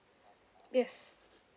yes